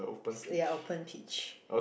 s~ ya open peach